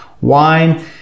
wine